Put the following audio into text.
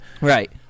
right